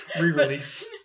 Re-release